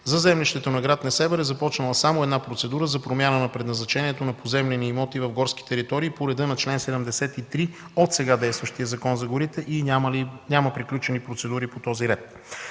За землището на гр. Несебър е започнала само една процедура за промяна на предназначението на поземлени имоти в горски територии по реда на чл. 73 от сега действащия Закон за горите и няма приключени процедури по този ред.